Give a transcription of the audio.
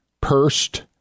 pursed